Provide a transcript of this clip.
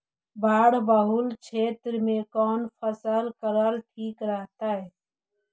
बाढ़ बहुल क्षेत्र में कौन फसल करल ठीक रहतइ?